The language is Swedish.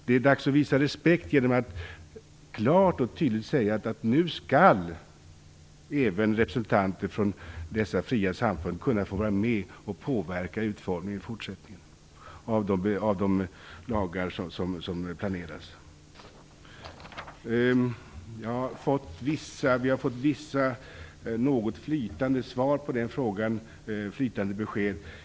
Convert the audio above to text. Det är dags att visa respekt genom att man klart och tydligt säger att representanter även från dessa fria samfund nu skall kunna få vara med och påverka utformningen av de lagar som planeras i fortsättningen. Vi har fått något flytande besked på den frågan.